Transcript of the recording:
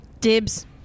Dibs